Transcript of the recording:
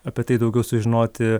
apie tai daugiau sužinoti